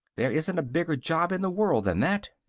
there isn't a bigger job in the world than that.